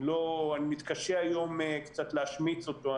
אני מתקשה היום קצת להשמיץ אותו,